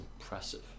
impressive